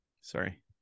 Sorry